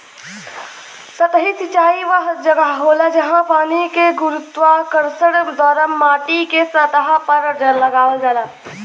सतही सिंचाई वह जगह होला, जहाँ पानी के गुरुत्वाकर्षण द्वारा माटीके सतह पर लगावल जाला